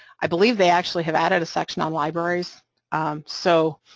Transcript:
i believe they actually have added a section on libraries so